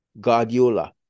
Guardiola